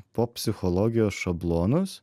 pop psichologijos šablonus